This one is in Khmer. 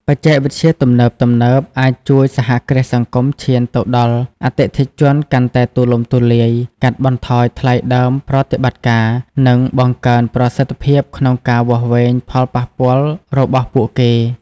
បច្ចេកវិទ្យាទំនើបៗអាចជួយសហគ្រាសសង្គមឈានទៅដល់អតិថិជនកាន់តែទូលំទូលាយ កាត់បន្ថយថ្លៃដើមប្រតិបត្តិការ និងបង្កើនប្រសិទ្ធភាពក្នុងការវាស់វែងផលប៉ះពាល់របស់ពួកគេ ។